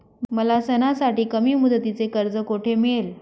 मला सणासाठी कमी मुदतीचे कर्ज कोठे मिळेल?